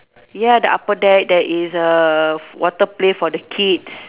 ya the upper deck there is a water play for the kids